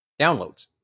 downloads